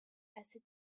cette